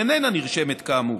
אשר איננה נרשמת כאמור.